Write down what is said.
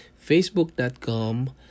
facebook.com